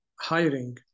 hiring